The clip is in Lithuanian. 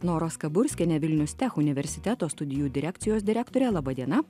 nora skaburskiene vilnius tech universiteto studijų direkcijos direktore laba diena